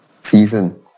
season